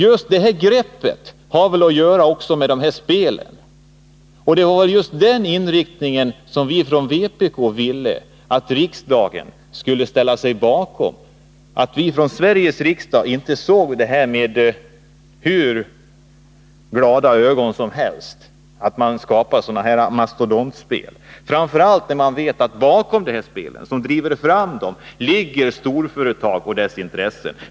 Just det här greppet har ett samband med de här stora spelen. Vi från vpk ville att riksdagen skulle göra ett uttalande, att Sveriges riksdag inte med hur glada ögon som helst såg att man skapar sådana här mastodontspel, framför allt som man vet att bakom de krafter som driver fram dessa spel ligger storföretagen och deras intressen.